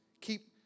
keep